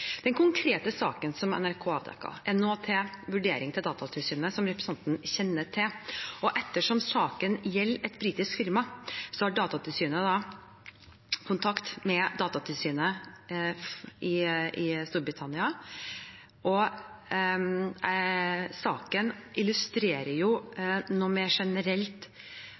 Den konkrete saken som NRK har avdekket, er nå til vurdering i Datatilsynet, som representanten kjenner til. Ettersom saken gjelder et britisk firma, har Datatilsynet kontakt med datatilsynet i Storbritannia. Saken illustrerer generelle personvernutfordringer når det gjelder innsamling og